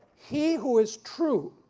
he who is true,